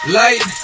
light